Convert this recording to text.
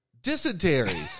dysentery